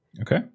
Okay